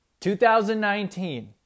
2019